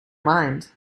mind